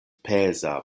peza